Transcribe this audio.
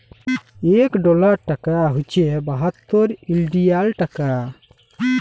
ইক ডলার টাকা হছে বাহাত্তর ইলডিয়াল টাকা